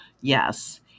Yes